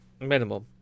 Minimum